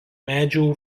medžių